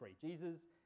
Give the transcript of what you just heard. Jesus